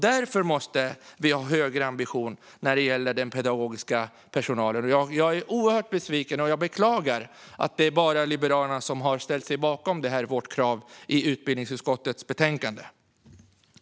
Därför måste vi ha högre ambitioner när det gäller den pedagogiska personalen. Jag är oerhört besviken, och jag beklagar att det bara är Liberalerna som har ställt sig bakom detta vårt krav i utbildningsutskottets betänkande.